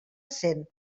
cent